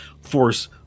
force